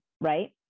right